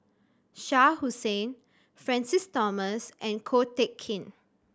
Shah Hussain Francis Thomas and Ko Teck Kin